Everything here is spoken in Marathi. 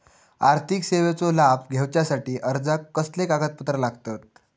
आर्थिक सेवेचो लाभ घेवच्यासाठी अर्जाक कसले कागदपत्र लागतत?